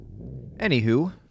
Anywho